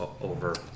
over